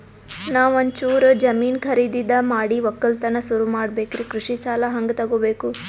ನಾ ಒಂಚೂರು ಜಮೀನ ಖರೀದಿದ ಮಾಡಿ ಒಕ್ಕಲತನ ಸುರು ಮಾಡ ಬೇಕ್ರಿ, ಕೃಷಿ ಸಾಲ ಹಂಗ ತೊಗೊಬೇಕು?